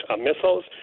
missiles